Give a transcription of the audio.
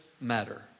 matter